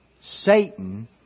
Satan